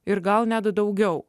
ir gal net daugiau